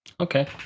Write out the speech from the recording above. Okay